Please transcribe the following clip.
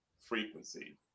frequency